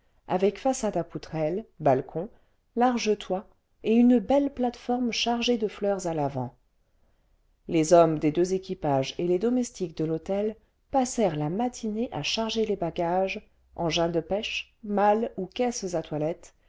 avec façade à poutrelles balcons large toit et une belle plate-forme chargée de fleurs à l'avant les hommes des deux équipages et les domestiques de l'hôtel passèrent la matinée à charger les bagages engins de pêche malles ou caisses à toilette